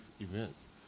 events